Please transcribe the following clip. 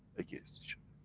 against each